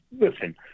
listen